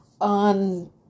on